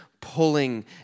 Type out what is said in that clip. pulling